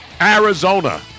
Arizona